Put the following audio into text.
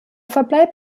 verbleib